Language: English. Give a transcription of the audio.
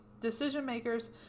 decision-makers